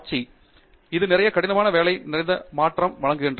பேராசிரியர் ஆண்ட்ரூ தங்கராஜ் இது நிறைய கடினமான வேலை நிறைந்தது மற்றும் வழக்கமானது